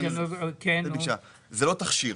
זה לא תכשיר.